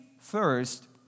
first